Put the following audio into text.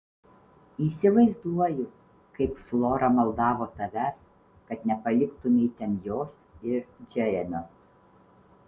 įsivaizduoju kaip flora maldavo tavęs kad nepaliktumei ten jos ir džeremio